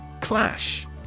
Clash